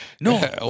No